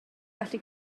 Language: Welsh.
gallu